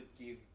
give